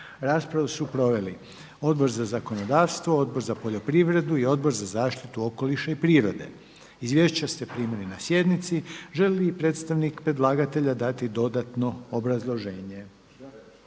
Raspravu su proveli: Odbor za zakonodavstvo, Odbor za poljoprivredu i Odbor za zaštitu okoliša i prirode. Izvješća ste primili na sjednici. Želi li predstavnik predlagatelja dati dodatno obrazloženje?